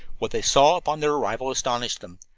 what they saw upon their arrival astounded them.